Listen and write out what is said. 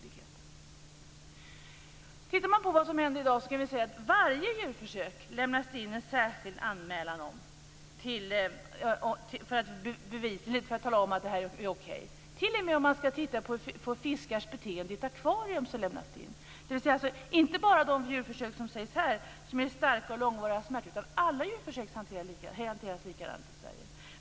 Tittar vi på det som händer i dag kan vi se att det om varje djurförsök lämnas in en särskild anmälan för att tala om att det här är okej, t.o.m. om man skall titta på fiskars beteende i ett akvarium. Det handlar alltså inte bara om de djurförsök som nämns här, som ger starka och långvariga smärtor, utan alla djurförsök hanteras likadant i Sverige.